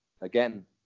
again